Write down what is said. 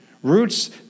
Roots